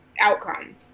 outcome